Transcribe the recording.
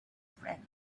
friend